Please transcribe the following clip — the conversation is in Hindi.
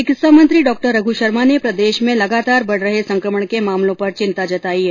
चिकित्सा मंत्री डॉ रघु शर्मा ने प्रदेश में लगातार बढ रहे संकमण के मामलों पर चिंता जताई है